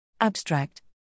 Abstract